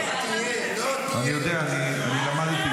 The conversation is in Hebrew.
אתה לא חייב לתקן כלום.